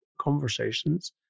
conversations